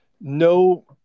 no